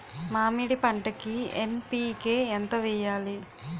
మామిడి పంటకి ఎన్.పీ.కే ఎంత వెయ్యాలి?